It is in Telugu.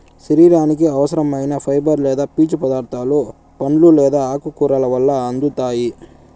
శరీరానికి అవసరం ఐన ఫైబర్ లేదా పీచు పదార్థాలు పండ్లు లేదా ఆకుకూరల వల్ల అందుతాయి